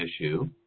issue